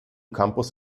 campus